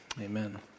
amen